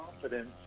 confidence